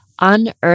unearth